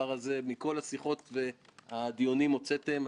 אני רוצה בהמשך לנקודה הזו להבהיר שבכוונתי,